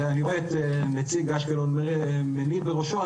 ואני רואה את נציג אשקלון מניד בראשו.